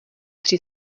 při